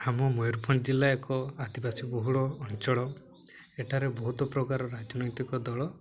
ଆମ ମୟୂରଭଞ୍ଜ ଜିଲ୍ଲା ଏକ ଆଦିବାସୀ ବହୁଳ ଅଞ୍ଚଳ ଏଠାରେ ବହୁତ ପ୍ରକାର ରାଜନୈତିକ ଦଳ